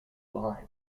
line